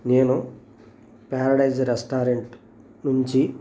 నేను Paradise restaurant నుంచి